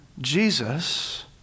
Jesus